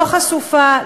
לא חשופה,